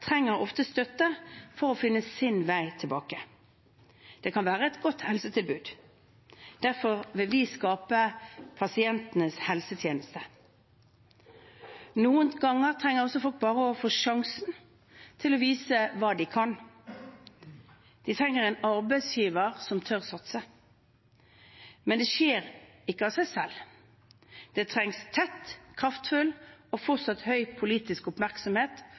trenger ofte støtte for å finne sin vei tilbake. Det kan være et godt helsetilbud. Derfor vil vi skape pasientenes helsetjeneste. Noen ganger trenger også folk bare å få sjansen til å vise hva de kan. De trenger en arbeidsgiver som tør å satse. Men det skjer ikke av seg selv. Det trengs tett, kraftfull og fortsatt høy politisk oppmerksomhet